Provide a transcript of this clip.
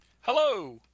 Hello